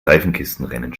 seifenkistenrennen